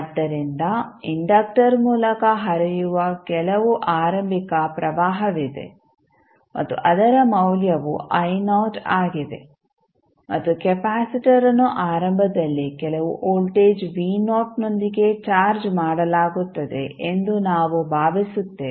ಆದ್ದರಿಂದ ಇಂಡಕ್ಟರ್ ಮೂಲಕ ಹರಿಯುವ ಕೆಲವು ಆರಂಭಿಕ ಪ್ರವಾಹವಿದೆ ಮತ್ತು ಅದರ ಮೌಲ್ಯವು ಆಗಿದೆ ಮತ್ತು ಕೆಪಾಸಿಟರ್ ಅನ್ನು ಆರಂಭದಲ್ಲಿ ಕೆಲವು ವೋಲ್ಟೇಜ್ ನೊಂದಿಗೆ ಚಾರ್ಜ್ ಮಾಡಲಾಗುತ್ತದೆ ಎಂದು ನಾವು ಭಾವಿಸುತ್ತೇವೆ